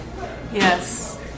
Yes